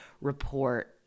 report